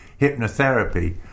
hypnotherapy